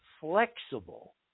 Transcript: flexible